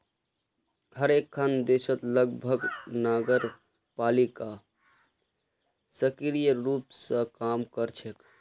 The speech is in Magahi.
हर एकखन देशत लगभग नगरपालिका सक्रिय रूप स काम कर छेक